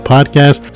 Podcast